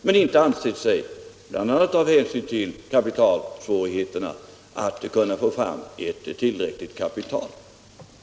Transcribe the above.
Man har emellertid haft svårigheter att få fram tillräckligt kapital.